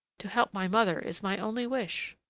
to help my mother is my only wish.